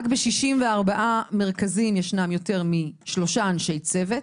רק בכ-64 מרכזים ישנם יותר משלושה אנשי צוות.